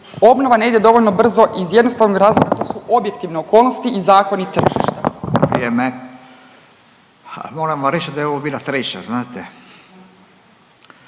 obnova ne ide dovoljno brzo iz jednostavnog razloga to su objektivne okolnosti i zakoni tržišta. **Radin, Furio (Nezavisni)** Vrijeme. Moram vam reći da je ovo bila treća znate,